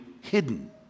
hidden